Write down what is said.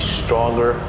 stronger